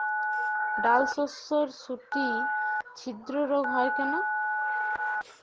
ডালশস্যর শুটি ছিদ্র রোগ হয় কেন?